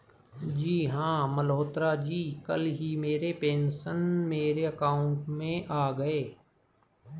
जी हां मल्होत्रा जी कल ही मेरे पेंशन मेरे अकाउंट में आ गए